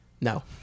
No